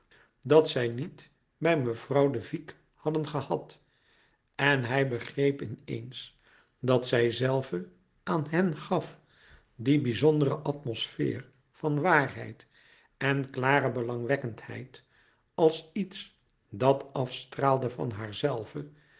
dat zij niet bij mevrouw de vicq hadden gehad en hij begreep in eens dat zijzelve aan hen gaf die bizondere atmosfeer van waarheid en klare belangwekkendheid als iets dat afstraalde van